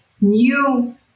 new